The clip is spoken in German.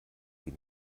die